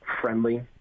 friendly